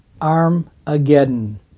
Armageddon